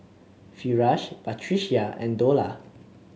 Firash Batrisya and Dollah